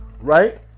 Right